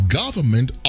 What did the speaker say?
government